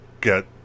get